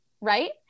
Right